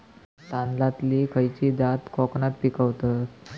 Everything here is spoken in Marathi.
तांदलतली खयची जात कोकणात पिकवतत?